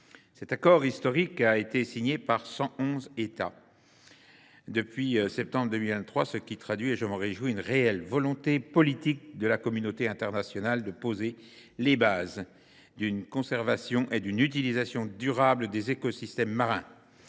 Cet accord historique a été signé par 111 États depuis le mois de septembre 2023, ce qui traduit, je m’en réjouis, une réelle volonté politique de la communauté internationale de poser les bases d’une conservation et d’une utilisation durables des écosystèmes marins,